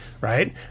right